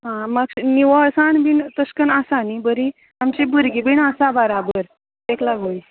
हां मात्शे निवळान तशें कन् आसा न्ही बरी तशीं भुरगीं बीन आसा बराबर तेक लागून